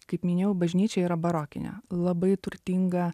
kaip minėjau bažnyčia yra barokinė labai turtinga